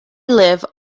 live